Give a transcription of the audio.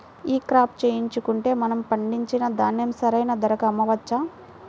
ఈ క్రాప చేయించుకుంటే మనము పండించిన ధాన్యం సరైన ధరకు అమ్మవచ్చా?